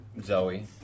Zoe